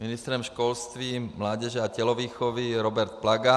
Ministrem školství, mládeže a tělovýchovy Robert Plaga.